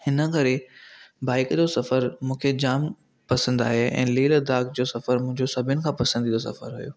हिन करे बाइक जो सफ़रु मूंखे जामु पसंद आहे ऐं लेह लद्दाख़ जो सफ़रु मुंहिंजो सभिनी खां पसंदीदा सफ़रु हुयो